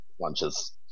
lunches